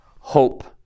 hope